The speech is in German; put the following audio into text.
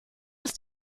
ist